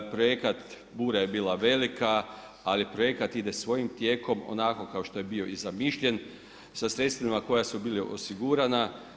Projekat, bura je bila velika, ali projekat ide svojim tijekom onako kao što je bio i zamišljen sa sredstvima koja su bila osigurana.